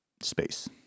space